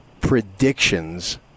predictions